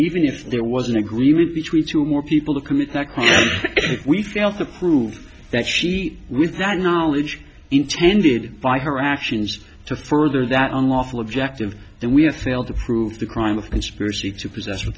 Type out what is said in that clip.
even if there was an agreement between two more people to commit that crime if we fail to prove that she with that knowledge intended by her actions to further that unlawful objective then we have failed to prove the crime of conspiracy to possess or